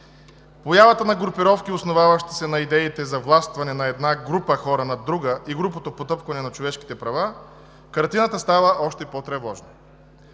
появата на групировки, основаващи се на идеите за властване на една група хора над друга и грубото потъпкване на човешките права, картината става още по-тревожна.